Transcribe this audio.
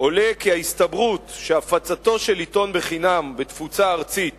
עולה כי ההסתברות שהפצתו של עיתון בחינם בתפוצה ארצית